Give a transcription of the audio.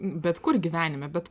bet kur gyvenime bet